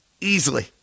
Easily